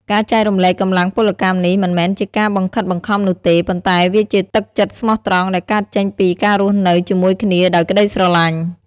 ការចែករំលែកកម្លាំងពលកម្មនេះមិនមែនជាការបង្ខិតបង្ខំនោះទេ ប៉ុន្តែវាជាទឹកចិត្តស្មោះត្រង់ដែលកើតចេញពីការរស់នៅជាមួយគ្នាដោយក្ដីស្រឡាញ់។